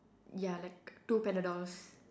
ya like two panadols